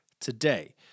today